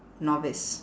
novice